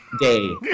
day